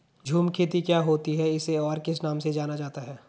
झूम खेती क्या होती है इसे और किस नाम से जाना जाता है?